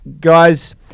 Guys